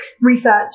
research